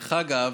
דרך אגב,